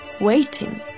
waiting